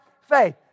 faith